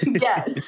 yes